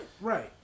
right